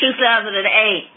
2008